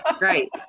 right